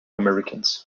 americans